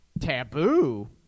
taboo